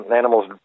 animals